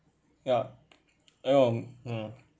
ya no mm